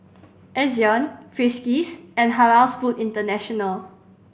Ezion Friskies and Halals Food International